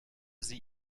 sie